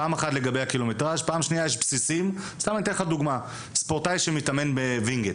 אתן דוגמה, ספורטאי שמתאמן בווינגייט